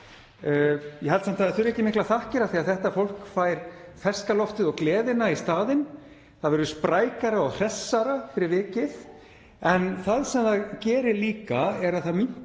Ég held samt að það þurfi ekki miklar þakkir af því að þetta fólk fær ferska loftið og gleðina í staðinn. Það verður sprækara og hressara fyrir vikið. En það sem það gerir líka er að það